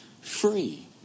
free